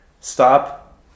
stop